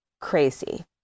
crazy